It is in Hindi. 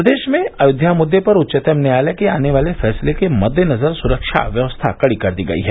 प्रदेश में अयोध्या मुद्दे पर उच्चतम न्यायालय के आने वाले फैसले के मद्दे नजर सुरक्षा व्यवस्था कड़ी कर दी गई है